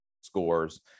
scores